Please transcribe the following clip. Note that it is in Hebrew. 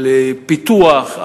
על פיתוח,